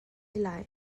lai